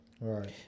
Right